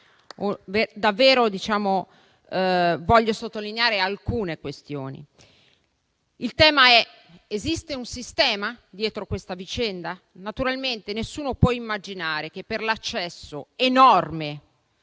Vorrei sottolineare alcune questioni. Il tema è il seguente: esiste un sistema dietro questa vicenda? Naturalmente nessuno può immaginare che, per l'accesso enorme